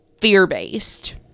fear-based